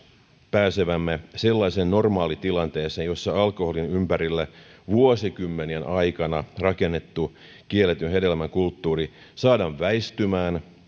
pääsevämme sellaiseen normaalitilanteeseen jossa alkoholin ympärille vuosikymmenien aikana rakennettu kielletyn hedelmän kulttuuri saadaan väistymään